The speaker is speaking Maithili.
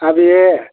अभिये